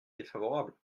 défavorable